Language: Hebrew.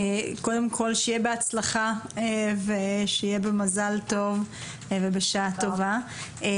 קודם כל, שיהיה בהצלחה, במזל טוב ובשעה טובה.